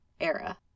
era